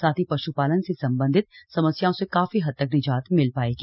साथ ही पश्पालन से सम्बंधित समस्याओं से काफी हद तक निजात मिल पायेगी